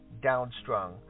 downstrung